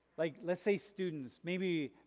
like let's say students maybe